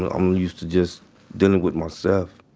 and i'm used to just dealing with myself.